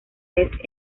vez